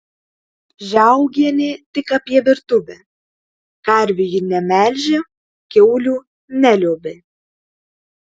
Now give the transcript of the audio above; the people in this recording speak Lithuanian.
žiaugienė tik apie virtuvę karvių ji nemelžė kiaulių neliuobė